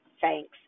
thanks